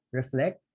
reflect